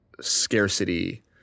scarcity